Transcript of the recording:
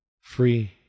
free